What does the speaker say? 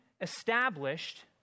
established